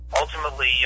ultimately